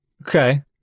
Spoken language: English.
Okay